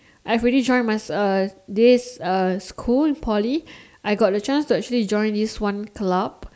I've already joined my uh this uh school in Poly I got the chance to actually join this one club